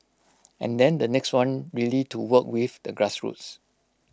and then the next one really to work with the grassroots